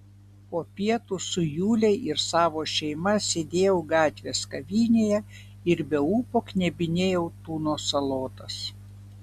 po pietų su jule ir savo šeima sėdėjau gatvės kavinėje ir be ūpo knebinėjau tuno salotas